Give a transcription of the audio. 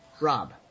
Rob